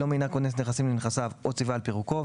כונס נכסים לנכסיו או ציווה על פירוקו,